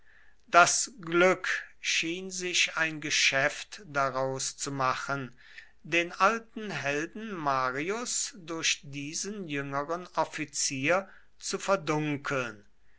das glück schien sich ein geschäft daraus zu machen den alten helden marius durch diesen jüngeren offizier zu verdunkeln